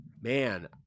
man